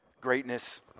greatness